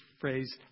phrase